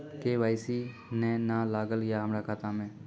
KYC ने न लागल या हमरा खाता मैं?